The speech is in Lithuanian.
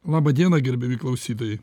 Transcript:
laba diena gerbiami klausytojai